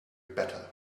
better